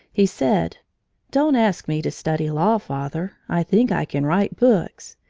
he said don't ask me to study law, father i think i can write books.